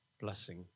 blessing